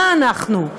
מה אנחנו.